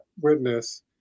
witness